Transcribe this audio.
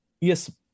Yes